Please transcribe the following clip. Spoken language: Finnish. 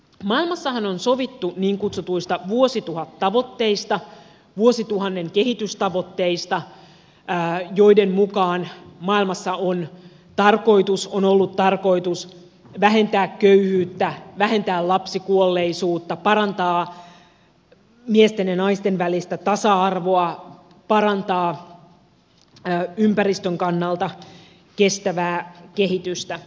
maailmassahan on sovittu niin kutsutuista vuosituhattavoitteista vuosituhannen kehitystavoitteista joiden mukaan maailmassa on ollut tarkoitus vähentää köyhyyttä vähentää lapsikuolleisuutta parantaa miesten ja naisten välistä tasa arvoa parantaa ympäristön kannalta kestävää kehitystä